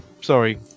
sorry